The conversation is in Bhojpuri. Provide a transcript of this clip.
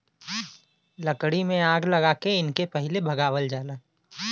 लकड़ी में आग लगा के इनके पहिले भगावल जाला